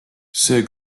see